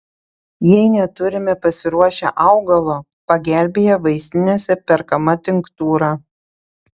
jei neturime pasiruošę augalo pagelbėja vaistinėse perkama tinktūra